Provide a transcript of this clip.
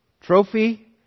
trophy